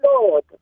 Lord